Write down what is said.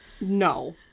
no